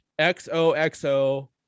xoxo